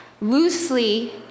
Loosely